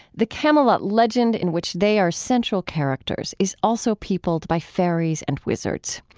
the camelot legend in which they are central characters is also peopled by fairies and wizards.